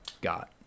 got